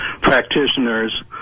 practitioners